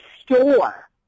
store